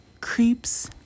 creeps